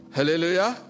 Hallelujah